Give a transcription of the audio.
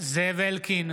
זאב אלקין,